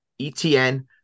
ETN